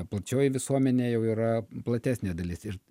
plačioji visuomenė jau yra platesnė dalis ir